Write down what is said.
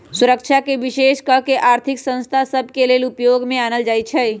सुरक्षाके विशेष कऽ के आर्थिक संस्था सभ के लेले उपयोग में आनल जाइ छइ